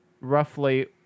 roughly